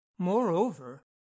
Moreover